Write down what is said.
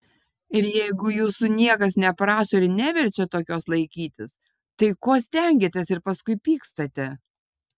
ir jeigu jūsų niekas neprašo ir neverčia tokios laikytis tai ko stengiatės ir paskui pykstate